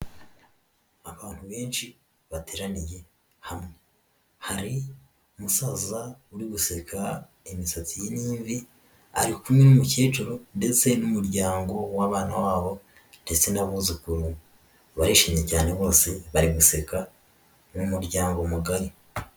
Abantu benshi bateraniye hamwe hari umusaza uri gusega imisatsi ye ni imvi, ari kumwe n'umukecuru ndetse n'umuryango w'abana babo ndetse n'abuzukuru, barishimye cyane bose bari guseka ni umuryango mugari.